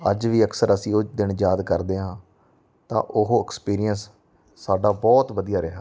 ਅੱਜ ਵੀ ਅਕਸਰ ਅਸੀਂ ਉਹ ਦਿਨ ਯਾਦ ਕਰਦੇ ਹਾਂ ਤਾਂ ਉਹ ਐਕਸਪੀਰੀਅੰਸ ਸਾਡਾ ਬਹੁਤ ਵਧੀਆ ਰਿਹਾ